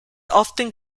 often